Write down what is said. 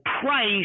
price